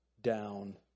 down